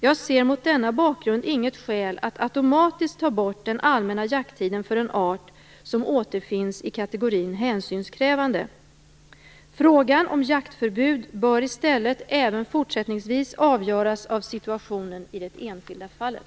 Jag ser mot denna bakgrund inget skäl att automatiskt ta bort den allmänna jakttiden för en art som återfinns i kategorin hänsynskrävande. Frågan om jaktförbud bör i stället även fortsättningsvis avgöras av situationen i det enskilda fallet.